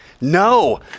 No